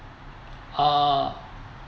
uh